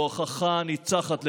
הוא הוכחה ניצחת לכך,